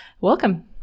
welcome